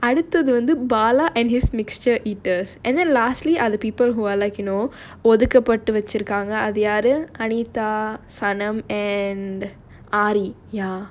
அடுத்தது வந்து:aduthathu vandhu bala and his mixture eaters and then lastly are the people who are like you know oh the எதுக்கு பட்டு வச்சிருக்காங்க:edhuku pattu vachirukaanga anita sanam and aari ya